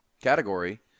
category